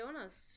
honest